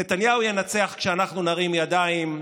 נתניהו ינצח כשאנחנו נרים ידיים,